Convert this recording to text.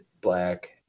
black